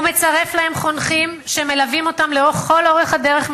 הוא מצרף להם חונכים שמלווים אותם לכל אורך הדרך,